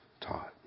taught